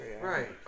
right